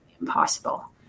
impossible